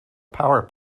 power